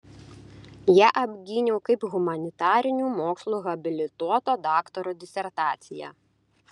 ją apgyniau kaip humanitarinių mokslų habilituoto daktaro disertaciją